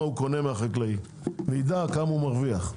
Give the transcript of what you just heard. הוא קונה מהחקלאי וידע כמה הוא מרוויח.